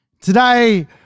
today